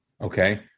Okay